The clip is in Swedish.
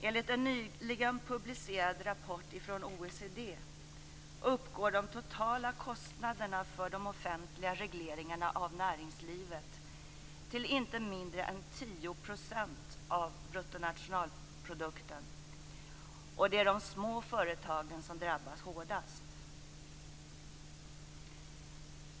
Enligt en nyligen publicerad rapport från OECD uppgår de totala kostnaderna för de offentliga regleringarna av näringslivet till inte mindre än 10 % av BNP - och det är de små företagen som drabbas hårdast.